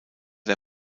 der